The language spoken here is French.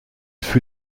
fut